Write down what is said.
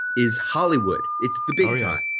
is hollywood, it's the big time.